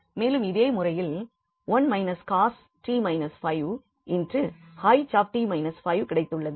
மேலும் இதே முறையில் 1 − cos𝑡 − 5𝐻𝑡 − 5 கிடைத்துள்ளது